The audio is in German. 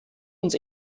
uns